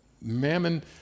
Mammon